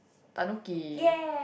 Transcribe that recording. Tanuki